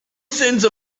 sense